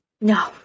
No